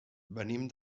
venim